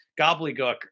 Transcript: gobbledygook